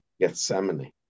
Gethsemane